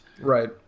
Right